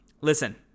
listen